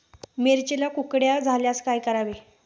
मिरचीला कुकड्या झाल्यास काय करावे?